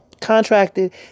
contracted